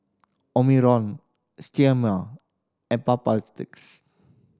Omron Sterimar and